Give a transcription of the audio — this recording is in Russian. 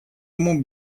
ему